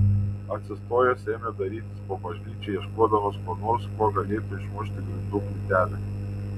atsistojęs ėmė dairytis po bažnyčią ieškodamas ko nors kuo galėtų išmušti grindų plytelę